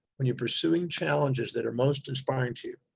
when you're pursuing challenges that are most inspiring to you,